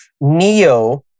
Neo